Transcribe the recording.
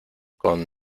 con